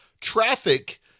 Traffic